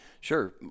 Sure